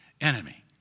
enemy